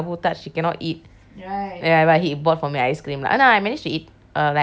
ya but he bought for me ice cream ஆனா:aanaa I managed to eat uh like at least three quarter of it lah